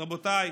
אז רבותיי,